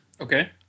Okay